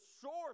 source